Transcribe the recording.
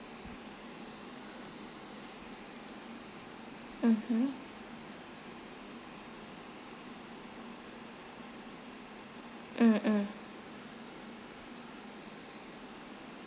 mmhmm mm mm